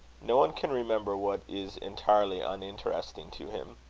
no one can remember what is entirely uninteresting to him.